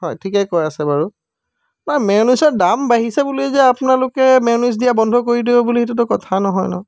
হয় ঠিকেই কৈ আছে বাৰু নাই মেয়'নিছৰ দাম বাঢ়িছে বুলিয়ে যে আপোনালোকে মেয়'নিজ দিয়া বন্ধ কৰি দিব বুলি সেইটোতো কথা নহয় ন